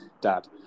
Dad